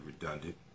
redundant